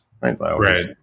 right